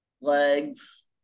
legs